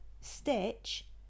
stitch